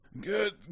Good